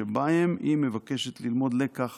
שבהם היא מבקשת ללמוד לקח